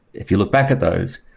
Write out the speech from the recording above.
if you look back at those,